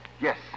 Yes